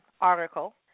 article